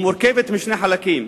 ומורכבת משני חלקים.